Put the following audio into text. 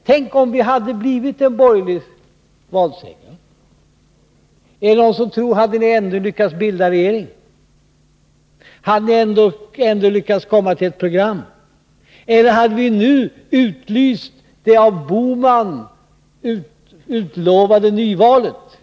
Tänk om det hade blivit en borgerlig valseger. Är det någon som tror att ni då hade lyckats bilda regering och lyckats enats om ett program? Eller hade vi nu utlyst det av Gösta Bohman utlovade nyvalet?